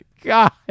God